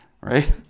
right